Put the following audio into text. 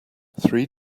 three